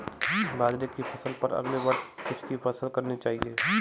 बाजरे की फसल पर अगले वर्ष किसकी फसल करनी चाहिए?